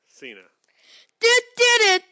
Cena